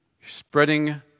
spreading